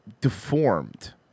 deformed